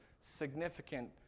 significant